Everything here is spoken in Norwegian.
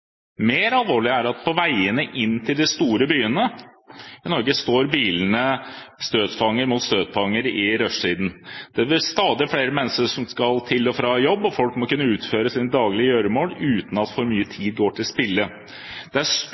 mer alvorlig er det at på veiene inn til de store byene i Norge står bilene støtfanger mot støtfanger i rushtiden. Det blir stadig flere mennesker som skal til og fra jobb, og folk må kunne utføre sine daglige gjøremål uten at for mye tid går til spille. Det er